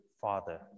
father